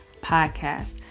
podcast